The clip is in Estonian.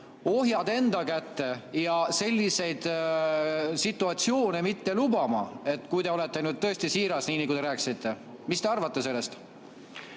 ohjad enda kätte ja selliseid situatsioone mitte lubama – kui te olete tõesti siiras, nii nagu te rääkisite. Mis te arvate sellest?